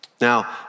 Now